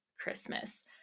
Christmas